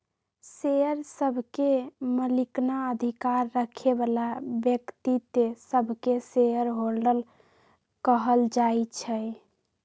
share सभके मलिकना अधिकार रखे बला व्यक्तिय सभके शेयर होल्डर कहल जाइ छइ